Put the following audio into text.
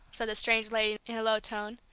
said the strange lady, in a low tone,